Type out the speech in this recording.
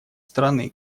страны